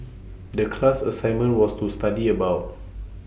The class assignment was to study about